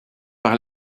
par